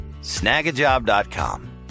Snagajob.com